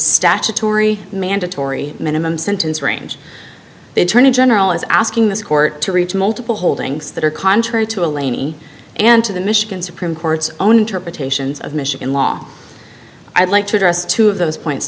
statutory mandatory minimum sentence range the attorney general is asking this court to reach multiple holdings that are contrary to elaine and to the michigan supreme court's own interpretations of michigan law i'd like to address two of those points